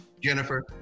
Jennifer